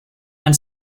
and